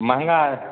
महँगा